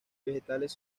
vegetales